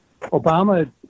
Obama